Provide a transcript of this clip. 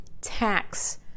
tax